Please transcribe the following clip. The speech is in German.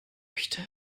möchte